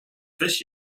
fish